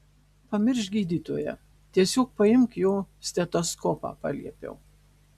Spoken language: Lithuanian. pamiršk gydytoją tiesiog paimk jo stetoskopą paliepiau